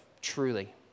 truly